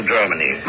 Germany